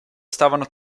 stavano